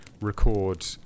record